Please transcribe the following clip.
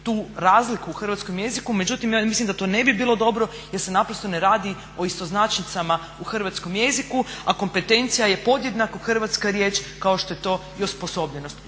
tu razliku u hrvatskom jeziku, međutim mislim da to ne bilo dobro jer se naprosto ne radi o istoznačnicama u hrvatskom jeziku, a kompetencija je podjednako hrvatska riječ kao što je to i osposobljenost.